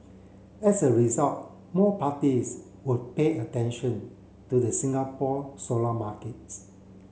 as a result more parties would pay attention to the Singapore solar markets